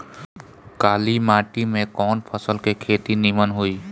काली माटी में कवन फसल के खेती नीमन होई?